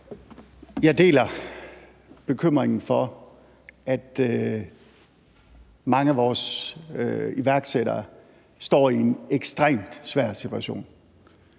Jeg deler bekymringen for, at mange af vores iværksættere står i en ekstremt svær situation,